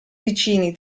vicini